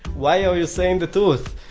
why are you saying the truth?